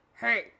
hey